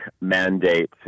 mandate